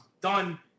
done